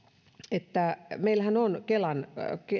että meillähän on kelan